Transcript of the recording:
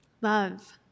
Love